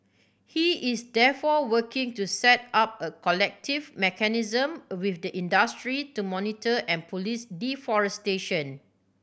he is therefore working to set up a collective mechanism with the industry to monitor and police deforestation